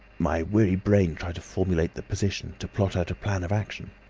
my weary brain tried to formulate the position, to plot out a plan of action.